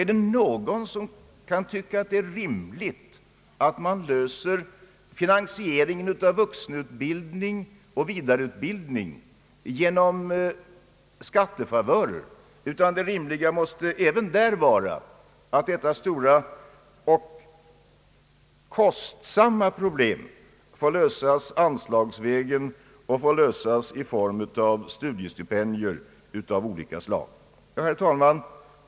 Är det någon som tycker det vara rimligt att lösa finansieringen av vuxenutbildningen och vidareutbildningen genom skattefavörer? Det rimliga måste vara att även detta stora och kostsamma problem löses anslagsvägen och i form av studiestipendier av olika slag.